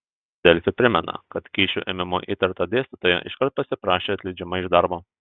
delfi primena kad kyšio ėmimu įtarta dėstytoja iškart pasiprašė atleidžiama iš darbo